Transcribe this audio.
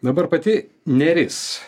dabar pati neris